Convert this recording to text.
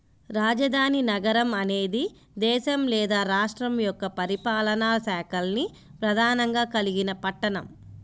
రాజధాని నగరం అనేది దేశం లేదా రాష్ట్రం యొక్క పరిపాలనా శాఖల్ని ప్రధానంగా కలిగిన పట్టణం